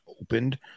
opened